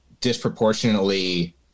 disproportionately